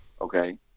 Okay